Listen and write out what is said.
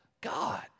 God